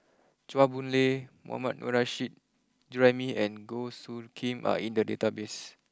Chua Boon Lay Mohammad Nurrasyid Juraimi and Goh Soo Khim are in the database